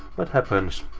what happens?